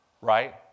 Right